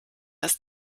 ist